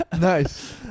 Nice